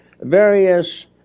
various